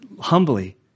humbly